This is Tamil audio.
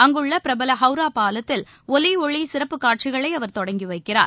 அங்குள்ள பிரபல ஹவுரா பாலத்தில் ஒலி ஒளி சிறப்பு காட்சிகளை அவர் தொடங்கி வைக்கிறார்